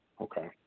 okay